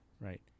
right